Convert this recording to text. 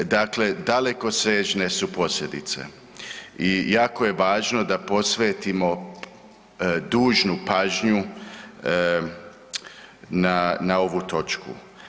Dakle, dalekosežne su posljedice i jako je važno da posvetimo dužnu pažnju na, na ovu točku.